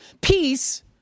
peace